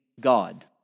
God